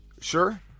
sure